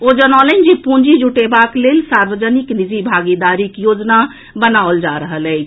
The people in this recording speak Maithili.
ओ जनौलनि जे पूंजी जुटेबाक लेल सार्वजनिक निजी भागीदारीक योजना बनाओल जा रहल अछि